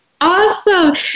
awesome